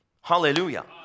Hallelujah